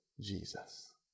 Jesus